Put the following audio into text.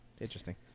Interesting